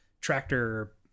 tractor